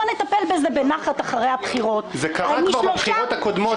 בוא נטפל בזה בנחת אחרי הבחירות -- זה קרה כבר בבחירות הקודמות.